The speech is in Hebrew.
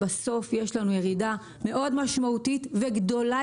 בסוף יש לנו ירידה מאוד משמעותית וגדולה